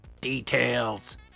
Details